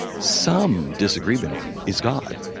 some disagreement in is god.